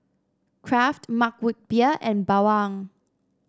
Kraft Mug Root Beer and Bawang